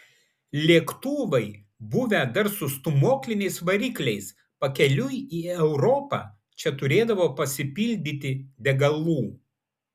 lėktuvai buvę dar su stūmokliniais varikliais pakeliui į europą čia turėdavo pasipildyti degalų